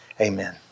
amen